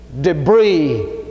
debris